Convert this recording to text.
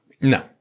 No